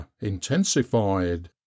intensified